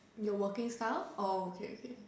your working style or is that okay